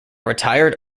retired